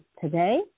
today